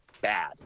bad